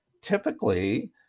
typically